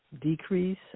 decrease